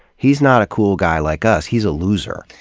he's not a cool guy like us, he's a loser.